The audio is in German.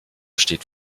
steht